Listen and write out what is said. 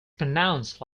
pronounced